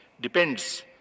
depends